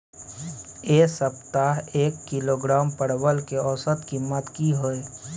ऐ सप्ताह एक किलोग्राम परवल के औसत कीमत कि हय?